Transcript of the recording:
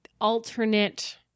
alternate